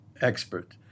expert